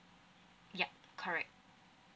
yup correct